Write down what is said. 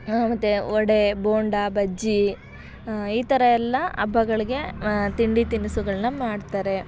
ಮತ್ತು ವಡೆ ಬೋಂಡಾ ಬಜ್ಜಿ ಈ ಥರಯೆಲ್ಲ ಹಬ್ಬಗಳ್ಗೆ ತಿಂಡಿ ತಿನಿಸುಗಳನ್ನು ಮಾಡ್ತಾರೆ